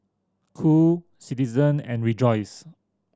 Qoo Citizen and Rejoice